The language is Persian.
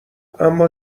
اما